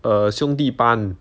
err 兄弟班